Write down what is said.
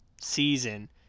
season